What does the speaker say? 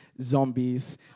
zombies